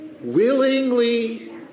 willingly